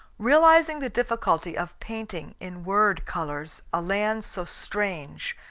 realizing the difficulty of painting in word colors a land so strange,